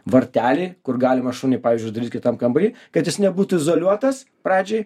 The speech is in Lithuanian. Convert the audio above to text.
varteliai kur galima šunį pavyzdžiui uždaryt kitam kambary kad jis nebūtų izoliuotas pradžiai